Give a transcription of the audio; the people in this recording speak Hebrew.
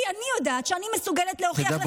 כי אני יודעת שאני מסוגלת להוכיח לך ההפך.